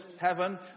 heaven